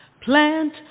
Plant